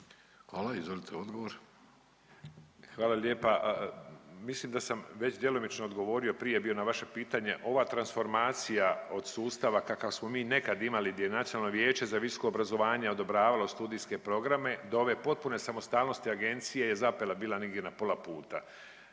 Hvala. Izvolite odgovor. **Šušak, Ivica** Hvala lijepa. Mislim da sam već djelomično odgovorio prije bio na vaše pitanje. Ova transformacija od sustava kakav smo mi nekad imali gdje je Nacionalno vijeće za visoko obrazovanje odobravalo studijske programe do ove potpune samostalnosti agencije, zapela je bila negdje na pola puta.